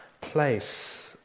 place